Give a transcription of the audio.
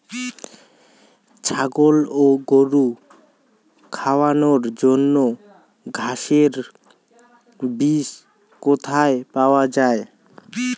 ছাগল ও গরু খাওয়ানোর জন্য ঘাসের বীজ কোথায় পাওয়া যায়?